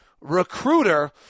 Recruiter